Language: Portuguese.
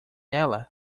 ela